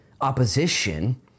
opposition